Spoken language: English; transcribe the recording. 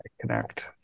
connect